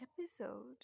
episode